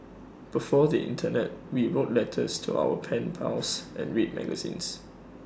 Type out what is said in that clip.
before the Internet we wrote letters to our pen pals and read magazines